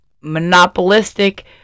monopolistic